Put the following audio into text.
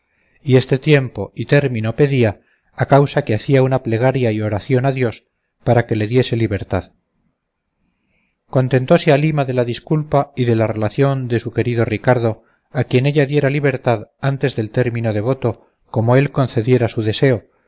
y este tiempo y término pedía a causa que hacía una plegaria y oración a dios para que le diese libertad contentóse halima de la disculpa y de la relación de su querido ricardo a quien ella diera libertad antes del término devoto como él concediera con su deseo